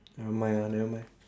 never mind lah never mind